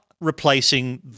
replacing